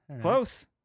Close